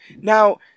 Now